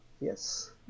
yes